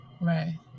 Right